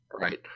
Right